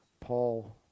Paul